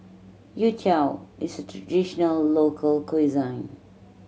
youtiao is a traditional local